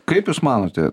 kaip jūs manote